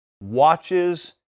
watches